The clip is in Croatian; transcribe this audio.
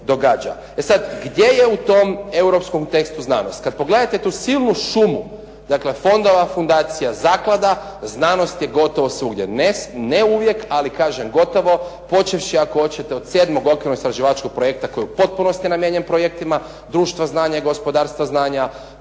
E sad gdje je u tom europskom tekstu znanost? Kad pogledate tu silnu šumu dakle fondova, fundacija, zaklada znanost je gotovo svugdje. Ne uvijek, ali kažem gotovo počevši ako hoćete sedmog … /Govornik se ne razumije./… istraživačkog projekta koji u potpunosti namijenjen projektima društva, znanja i gospodarstva znanja.